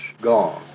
gone